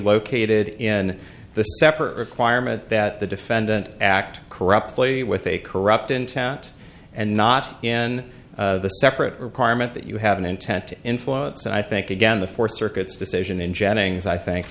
located in the separate requirement that the defendant act corruptly with a corrupt intent and not in the separate requirement that you have an intent to influence and i think again the four circuits decision in jennings i think